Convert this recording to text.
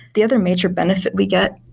the other major benefit we get,